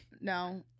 No